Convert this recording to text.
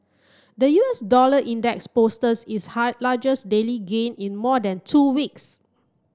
the U S dollar index posted its largest daily gain in more than two weeks